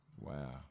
wow